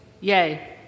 yay